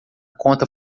conta